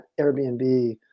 airbnb